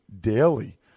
daily